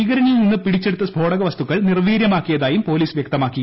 ഭീകരിനിൽ നിന്ന് പിടിച്ചെടുത്ത സ്ഫോടക വസ്തുക്കൾ നിർവീര്യമാക്കിയതായും പോലീസ് വ്യക്തമാക്കി